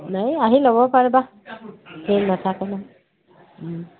নাই আহি ল'ব পাৰিবা ভিৰ নাথাকে নহয়